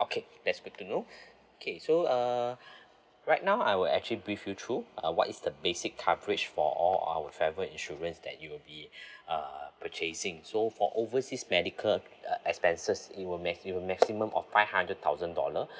okay that's good to know okay so uh right now I will actually brief you through uh what is the basic coverage for all our travel insurance that you will be uh purchasing so for overseas medical uh expenses it will maxim~ maximum of five hundred thousand dollar